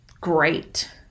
Great